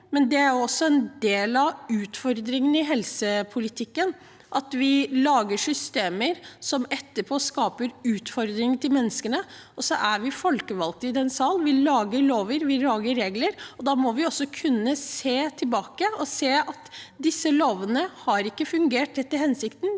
men det er også en del av utfordringen i helsepolitikken at vi lager systemer som etterpå skaper utfordring for menneskene. Vi er folkevalgte i denne sal, og vi lager lover og regler. Da må vi også kunne se tilbake og se at disse lovene ikke har fungert etter hensikten,